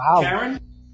Karen